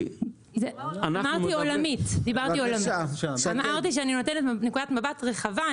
אמרתי שאני מציגה תמונת מבט רחבה.